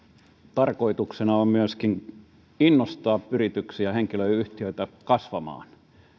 tarkoituksena on myöskin innostaa yrityksiä henkilöyhtiöitä kasvamaan